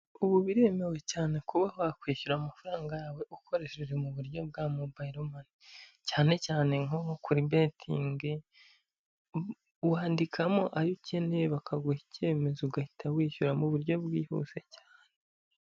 Ubu biremewe cyane kuba wakwishyura amafaranga yawe ukoresheje mu buryo bwa mobiro mani cyane cyane nko kuri betingi wandikamo ayo ukeneye bakaguha icyemezo ugahita wishyura mu buryo bwihuse cyane.